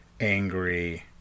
angry